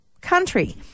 country